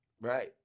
Right